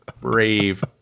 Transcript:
Brave